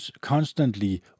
constantly